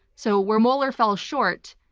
so where mueller fell short,